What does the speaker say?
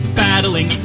battling